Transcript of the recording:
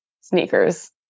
sneakers